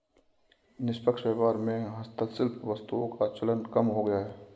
निष्पक्ष व्यापार में हस्तशिल्प वस्तुओं का चलन कम हो गया है